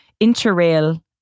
interrail